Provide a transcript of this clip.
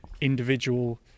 individual